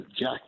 jack